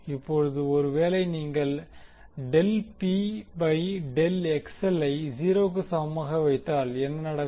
இப்போது ஒருவேளை நீங்கள் del P by del I 0 வுக்கு சமமாக வைத்தால் என்ன நடக்கும்